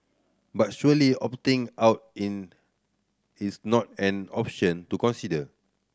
but surely opting out in is not an option to consider